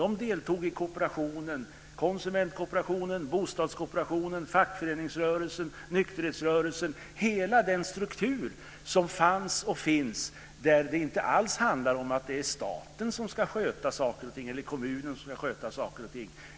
De deltog i konsumentkooperationen, bostadskooperationen, fackföreningsrörelsen, nykterhetsrörelsen och hela den struktur som fanns och finns och som inte alls handlar om att det är staten eller kommunen som ska sköta saker och ting.